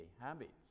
habits